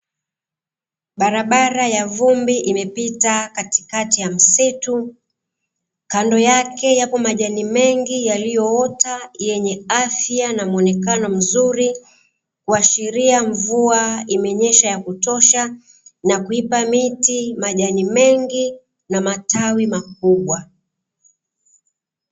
Barabara ya vumbi imepita katikati ya msitu, kando yake yapo majani mengi yaliyoota yenye afya na muonekano mzuri kuashiria mvua imenyesha ya kutosha na kuipa miti majani mengi na matawi makubwa.